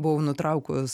buvau nutraukus